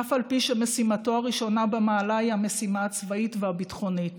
אף על פי שמשימתו הראשונה במעלה היא המשימה הצבאית והביטחונית